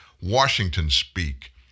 Washington-speak